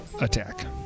attack